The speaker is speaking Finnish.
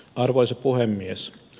arvoisa puhemies